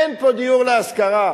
אין פה דיור להשכרה.